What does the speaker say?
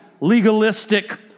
legalistic